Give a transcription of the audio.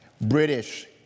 British